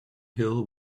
hill